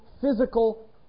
physical